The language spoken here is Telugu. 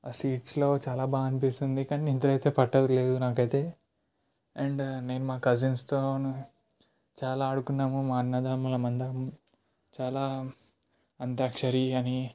ఆ సీట్సులో చాలా బా అనిపిస్తుంది కానీ నిద్ర అయితే పట్టేది లేదు నాకైతే అండ్ మేము మా కజిన్స్తోను చాలా ఆడుకున్నాము మా అన్నదమ్ములం మేమందరము చాలా అంతాక్షరి అని